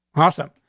awesome.